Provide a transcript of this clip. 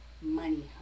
money